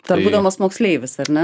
dar būdamas moksleivis ar ne